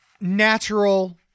natural